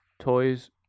Toys